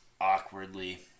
awkwardly